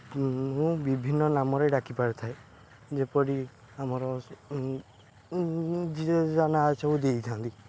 ମୁଁ ବିଭିନ୍ନ ନାମରେ ଡାକିପାରିଥାଏ ଯେପରି ଆମର ଯିଏ ଯାହା ନାଁ ସବୁ ଦେଇଥାନ୍ତି